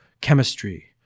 chemistry